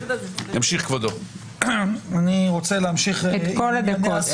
אני תמיד שמח לבוא.